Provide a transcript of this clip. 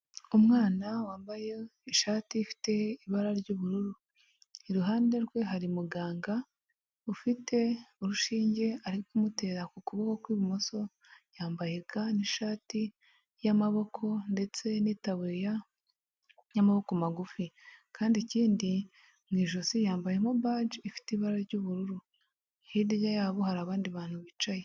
Umwana wambaye ishati ifite ibara ry'ubururu, iruhande rwe hari muganga, ufite urushinge ari kumutera ku kuboko kw'ibumoso, yambaye ga n'ishati y'amaboko, ndetse n'itaburiya n'amaboko magufi, kandi ikindi mu ijosi yambayemo baji ifite ibara ry'ubururu, hirya yabo hari abandi bantu bicaye.